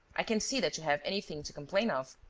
i can't see that you have anything to complain of.